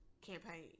campaign